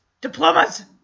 diplomas